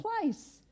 place